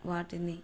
వాటిని